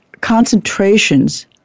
concentrations